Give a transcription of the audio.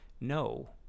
no